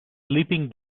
sleeping